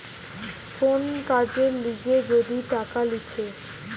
কোন কাজের লিগে যদি টাকা লিছে